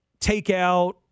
takeout